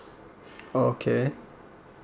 okay